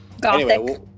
Gothic